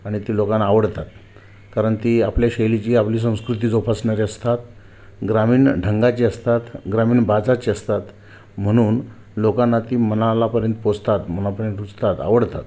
आणि ते लोकांना आवडतात कारण ती आपल्या शैलीची आपली संस्कृती जोपासणारी असतात ग्रामीण ढंगाची असतात ग्रामीण बाजाची असतात म्हणून लोकांना ती मनालापर्यंत पोचतात मनापर्यंत रुजतात आवडतात